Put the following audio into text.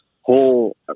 whole